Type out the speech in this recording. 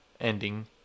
ending